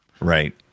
Right